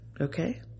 okay